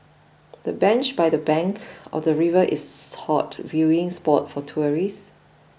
the bench by the bank of the river is a hot viewing spot for tourists